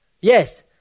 Yes